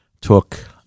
took